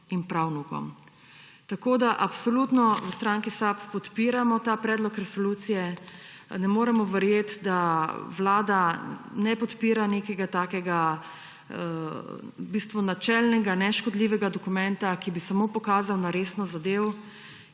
in pravnukom. Absolutno v stranki SAB podpiramo ta predlog resolucije. Ne moremo verjeti, da vlada ne podpira nekega takega v bistvu načelnega, neškodljivega dokumenta, ki bi samo pokazal na resnost zadev.